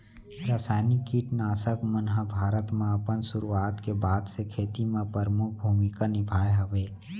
रासायनिक किट नाशक मन हा भारत मा अपन सुरुवात के बाद से खेती मा परमुख भूमिका निभाए हवे